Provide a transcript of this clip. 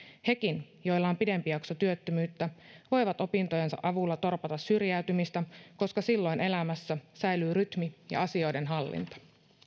hekin joilla on pidempi jakso työttömyyttä voivat opintojensa avulla torpata syrjäytymistä koska silloin elämässä säilyy rytmi ja asioiden hallinta